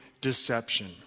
deception